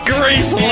Grease